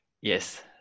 Yes